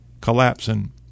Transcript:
collapsing